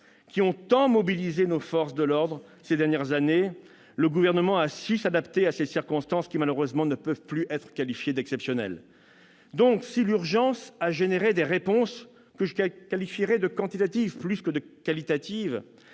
qui ont tant mobilisé nos forces de l'ordre ces dernières années. Le gouvernement précédent a su s'adapter à ces circonstances qui, malheureusement, ne peuvent plus être qualifiées d'exceptionnelles. Si l'urgence a suscité des réponses de nature plus quantitative que qualitative,